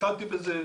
התחלתי בזה.